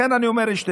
לכן אני אומר שיש שתי